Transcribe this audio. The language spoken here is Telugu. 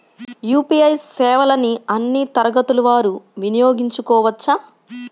యూ.పీ.ఐ సేవలని అన్నీ తరగతుల వారు వినయోగించుకోవచ్చా?